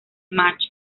macho